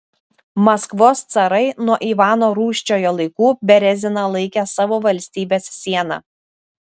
maskvos carai nuo ivano rūsčiojo laikų bereziną laikė savo valstybės siena